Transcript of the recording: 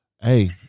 Hey